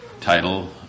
title